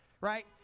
Right